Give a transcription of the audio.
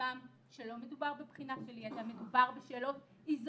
בעצמם שלא מדובר בבחינה של ידע מדובר בשאלות איזוטריות.